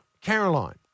Caroline